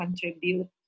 contribute